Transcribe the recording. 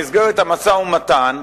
במסגרת המשא-ומתן,